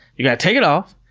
you've got to take it off,